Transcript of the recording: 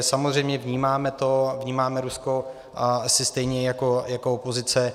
Samozřejmě vnímáme to, vnímáme Rusko asi stejně jako opozice.